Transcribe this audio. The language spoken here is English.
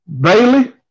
bailey